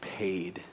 paid